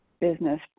business